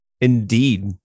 Indeed